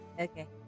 Okay